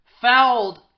fouled